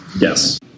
yes